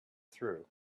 through